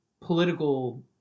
political